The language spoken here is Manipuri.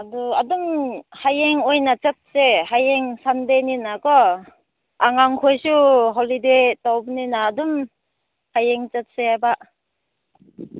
ꯑꯗꯨ ꯑꯗꯨꯝ ꯍꯌꯦꯡ ꯑꯣꯏꯟ ꯆꯠꯁꯦ ꯍꯌꯦꯡ ꯁꯟꯗꯦꯅꯤꯅ ꯀꯣ ꯑꯉꯥꯡ ꯈꯣꯏꯁꯨ ꯍꯣꯂꯤꯗꯦ ꯇꯧꯕꯅꯤꯅ ꯑꯗꯨꯝ ꯍꯌꯦꯡ ꯆꯠꯁꯦꯕ